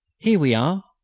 here we are!